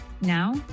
Now